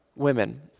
Women